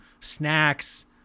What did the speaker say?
snacks